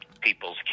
people's